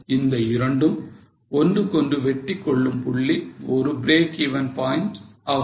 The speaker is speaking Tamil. அந்த இரண்டும் ஒன்றுக்கொன்று வெட்டிக்கொள்ளும் புள்ளி ஒரு breakeven point ஆகும்